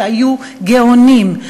שהיו גאונים,